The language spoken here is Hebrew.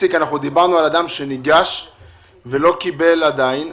דיברנו על אדם שניגש ולא קיבל עדיין,